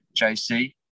JC